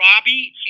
Robbie